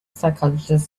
psychologist